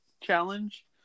challenge